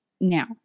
now